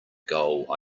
goal